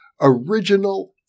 Original